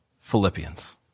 Philippians